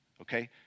okay